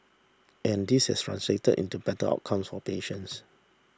and this has translated into better outcomes for patients